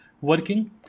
working